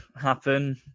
happen